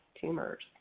tumors